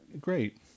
great